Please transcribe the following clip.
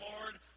Lord